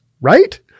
right